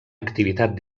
activitat